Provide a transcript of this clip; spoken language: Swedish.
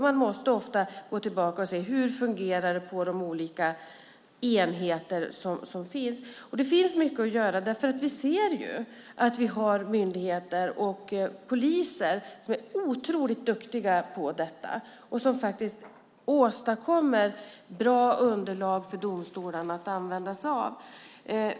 Man måste ofta gå tillbaka och se hur det fungerar på de olika enheterna. Det finns mycket att göra, och vi ser att det finns myndigheter och poliser som är otroligt duktiga på detta och som åstadkommer bra underlag för domstolarna att använda sig av.